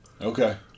Okay